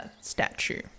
statue